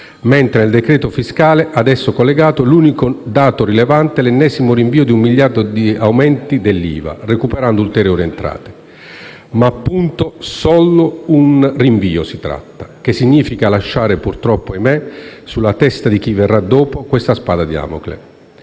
mentre nel decreto fiscale ad essa collegato l'unico dato rilevante è l'ennesimo rinvio di un miliardo di aumenti dell'IVA, recuperando ulteriori entrate. Ma appunto solo di un rinvio si tratta, che significa lasciare - ahimé - questa spada di Damocle